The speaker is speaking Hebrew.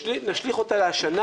ונשליך אותה השנה,